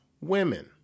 women